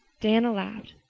diana laughed.